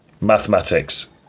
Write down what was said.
Mathematics